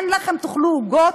אין לחם, תאכלו עוגות?